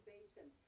Basin